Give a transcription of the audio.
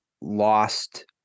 lost